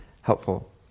helpful